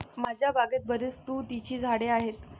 माझ्या बागेत बरीच तुतीची झाडे आहेत